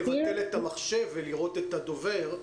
אני מבקש לבטל את המחשב ולראות את הדובר.